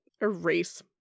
erase